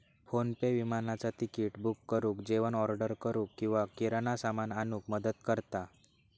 PhonePe विमानाचा तिकिट book करुक, जेवण ऑर्डर करूक किंवा किराणा सामान आणूक मदत करता